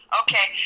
okay